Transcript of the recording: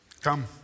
Come